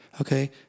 Okay